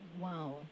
Wow